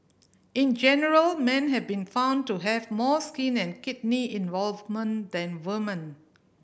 in general men have been found to have more skin and kidney involvement than woman